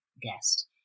guest